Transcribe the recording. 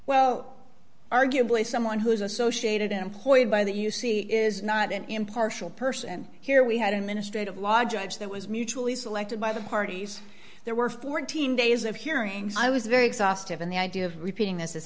well arguably someone who is associated employed by that you see is not an impartial person and here we had a ministry of law judge that was mutually selected by the parties there were fourteen days of hearings i was very exhaustive in the idea of repeating this is